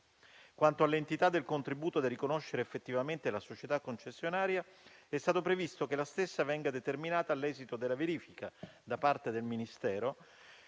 Quanto all'entità del contributo da riconoscere effettivamente alla società concessionaria, è stato previsto che la stessa venga determinata all'esito della verifica da parte del Ministero,